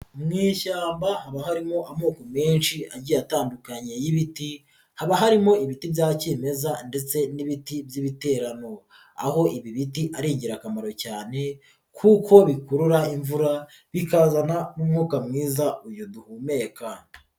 Mu ishyamba haba harimo amoko menshi agiye atandukanye y'ibiti, haba harimo ibiti bya kimeza ndetse n'ibiti by'ibiterano, aho ibi biti ari ingirakamaro cyane kuko bikurura imvura, bikazana n'umwuka mwiza uyu duhumeka.